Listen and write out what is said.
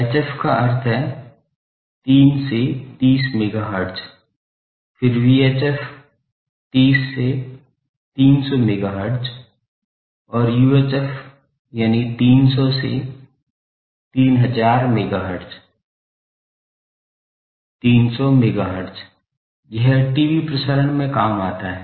HF का अर्थ है 3 से 30 MHz फिर VHF 30 से 300 MHz और UHF यानी 300 से 3000 MHz 300 MHz यह टीवी प्रसारण में काम आता है